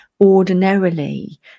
ordinarily